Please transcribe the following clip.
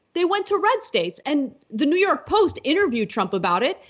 they went to red states. and the new york post interviewed trump about it,